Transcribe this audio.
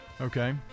Okay